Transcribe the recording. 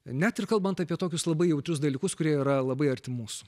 net ir kalbant apie tokius labai jautrius dalykus kurie yra labai arti mūsų